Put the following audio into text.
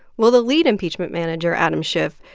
well, the lead impeachment manager, adam schiff,